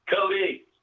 Cody